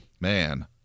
Man